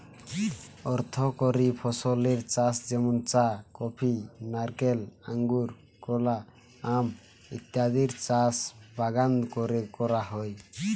অর্থকরী ফসলের চাষ যেমন চা, কফি, নারকেল, আঙুর, কলা, আম ইত্যাদির চাষ বাগান কোরে করা হয়